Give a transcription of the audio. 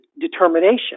determination